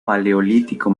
paleolítico